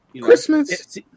Christmas